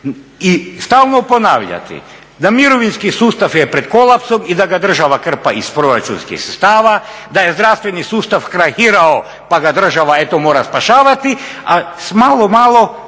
i stalno ponavljati da mirovinski sustav je pred kolapsom i da ga država krpa iz proračunskih sredstava, da je zdravstveni sustav krahirao pa ga država eto mora spašavati, a malo, malo